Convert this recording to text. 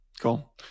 Cool